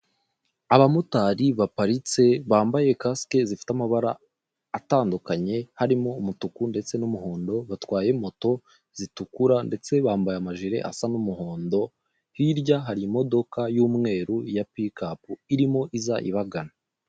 Abamotari baparitse bambaye kasike zifite amabara atandukanye, harimo umutuku ndetse n'umuhondo batwaye moto zitukura, ndetse bambaye amajire asa n'umuhondo, hirya hari imodoka y'umweru ya pikapu irimo iza ibagana.